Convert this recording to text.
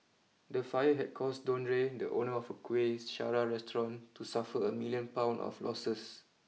the fire had caused Dondre the owner of Kuih Syara restaurant to suffer a million Pound of losses